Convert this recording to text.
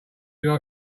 you